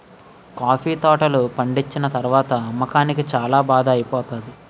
coffee తోటలు పండిచ్చిన తరవాత అమ్మకానికి చాల బాధ ఐపోతానేది